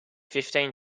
fifteen